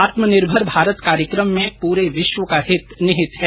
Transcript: आत्मनिर्भर भारत कार्यक्रम में पूरे विश्व का हित निहित है